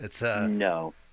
No